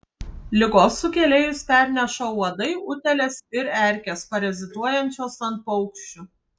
ligos sukėlėjus perneša uodai utėlės ir erkės parazituojančios ant paukščių